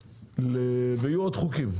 ויהיו עוד חוקים.